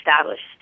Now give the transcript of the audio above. established